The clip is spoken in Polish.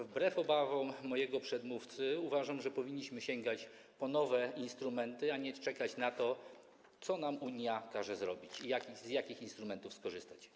Wbrew obawom mojego przedmówcy uważam, że powinniśmy sięgać po nowe instrumenty, a nie czekać na to, co nam Unia każe zrobić i z jakich instrumentów skorzystać.